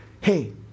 hey